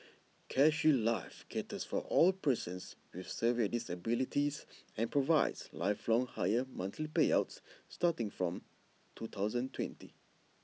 CareShield life caters for all persons with severe disabilities and provides lifelong higher monthly payouts starting from two thousand twenty